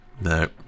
No